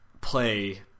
play